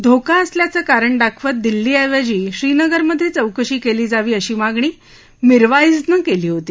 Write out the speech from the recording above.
धोका असल्याचं कारण दाखवत दिल्लीऐवजी श्रीनगरमध्यचौकशी कली जावी अशी मागणी मिरवाईजनं कली होती